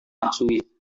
matsui